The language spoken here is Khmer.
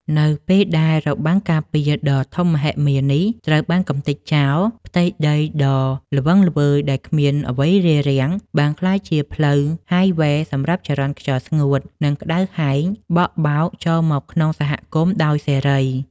នៅពេលដែលរបាំងការពារដ៏ធំមហិមានេះត្រូវបានកម្ទេចចោល ផ្ទៃដីដ៏ល្វឹងល្វើយដែលគ្មានអ្វីរារាំង បានក្លាយជាផ្លូវហាយវ៉េសម្រាប់ចរន្តខ្យល់ស្ងួត និងក្ដៅហែងបក់បោកចូលមកក្នុងសហគមន៍ដោយសេរី។